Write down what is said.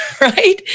right